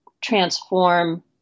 transform